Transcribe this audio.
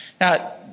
Now